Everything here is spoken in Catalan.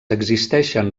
existeixen